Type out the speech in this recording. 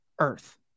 earth